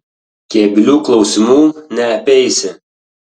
keblių klausimų neapeisi